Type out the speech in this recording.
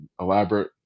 elaborate